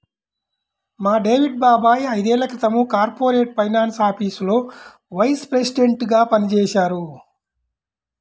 మా డేవిడ్ బాబాయ్ ఐదేళ్ళ క్రితం కార్పొరేట్ ఫైనాన్స్ ఆఫీసులో వైస్ ప్రెసిడెంట్గా పనిజేశారు